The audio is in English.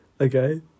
Okay